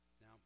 Now